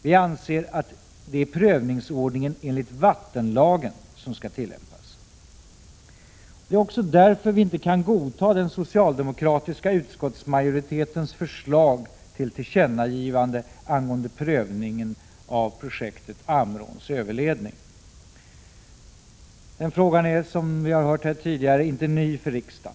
Vi anser att det är prövningsordningen enligt vattenlagen som skall tillämpas. Det är också därför som vi inte kan godta den socialdemokratiska utskottsmajoritetens förslag till tillkännagivande angående prövningen av projektet Ammeråns överledning. Den frågan är, som vi tidigare här har hört, inte ny för riksdagen.